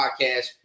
podcast